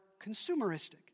consumeristic